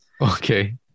Okay